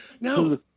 No